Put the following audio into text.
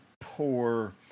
poor